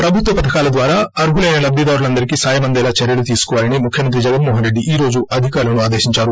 ప్రభుత్వ పథకాల ద్వారా అర్హులైన లబ్గిదారులందరికీ సాయం అందేలా చర్యల తీసుకోవాలని ముఖ్యమంత్రి జగన్మోహన్ రెడ్డి ఈ రోజు అధికారులను ఆదేశించారు